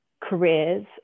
careers